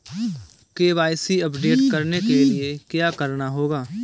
KYC update करने के लिए क्या करना होगा?